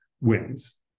wins